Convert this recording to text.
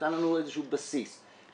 נתן לנו איזשהו בסיס.